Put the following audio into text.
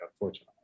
unfortunately